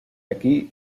aquí